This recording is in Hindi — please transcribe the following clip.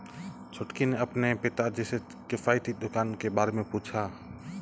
छुटकी ने अपने पिताजी से किफायती दुकान के बारे में पूछा